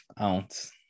ounce